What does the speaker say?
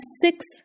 six